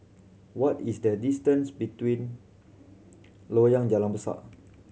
what is the distance between Loyang Jalan Besar